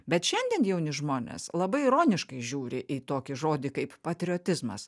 bet šiandien jauni žmonės labai ironiškai žiūri į tokį žodį kaip patriotizmas